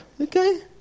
okay